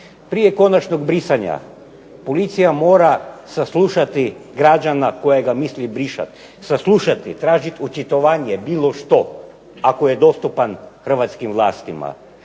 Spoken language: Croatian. Prije konačnog brisanja policija mora saslušati građana kojega misli brisati. Saslušati, tražit očitovanje, bilo što, ako je dostupan hrvatskim vlastima.